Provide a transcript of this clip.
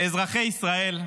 אזרחי ישראל,